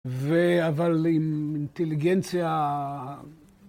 ‫ו... אבל עם אינטליגנציה...